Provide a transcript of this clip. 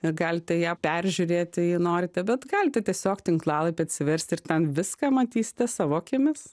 ir galite ją peržiūrėti jei norite bet galite tiesiog tinklalapį atsiversti ir ten viską matysite savo akimis